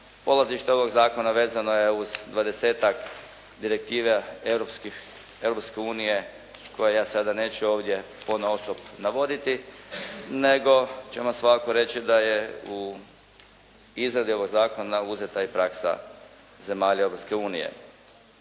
Polazište ovog zakona vezano je uz dvadesetak direktiva Europske unije koje ja sada neću ovdje ponaosob navoditi, nego ćemo svakako reći da je u izradi ovog zakona uzeta i praksa zemalja